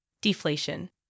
deflation